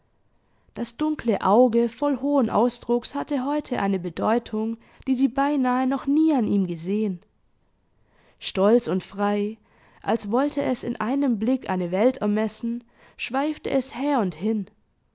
das dunkle auge voll hohen ausdrucks hatte heut eine bedeutung die sie beinahe noch nie an ihm gesehen stolz und frei als wollte es in einem blick eine welt ermessen schweifte es her und hin